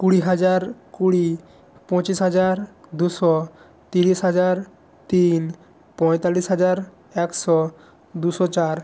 কুড়ি হাজার কুড়ি পঁচিশ হাজার দুশো তিরিশ হাজার তিন পঁয়তাল্লিশ হাজার একশো দুশো চার